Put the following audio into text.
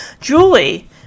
Julie